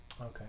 Okay